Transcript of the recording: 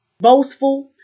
boastful